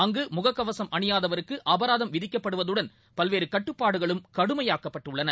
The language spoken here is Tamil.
அங்குமுகக்கவசம் அணியாதவருக்குஅபராதம் விதிக்கப்பட்டதுடன் பல்வேறுகட்டுப்பாடுகளும் கடுமையாக்கப் பட்டுள்ளன